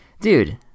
dude